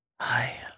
Hi